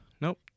Nope